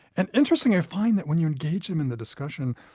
and interestingly, i find that when you engage them in the discussion,